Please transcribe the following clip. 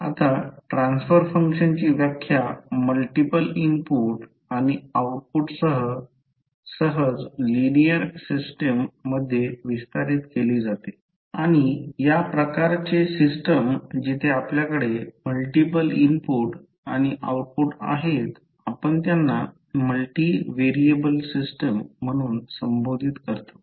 आता ट्रान्सफर फंक्शनची व्याख्या मल्टिपल इनपुट आणि आऊटपुटसह सहज लिनिअर सिस्टम मध्ये विस्तारित केली जाते आणि या प्रकारचे सिस्टम जिथे आपल्याकडे मल्टिपल इनपुट आणि आऊटपुट आहेत आपण त्यांना मल्टिव्हिएबल सिस्टम म्हणून संबोधित करतो